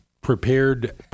prepared